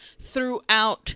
throughout